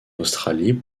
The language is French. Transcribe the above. australie